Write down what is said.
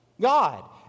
God